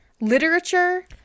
literature